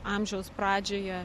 amžiaus pradžioje